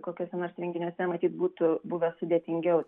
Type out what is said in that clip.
kokiuose nors renginiuose matyt būtų buvę sudėtingiau